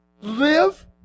Live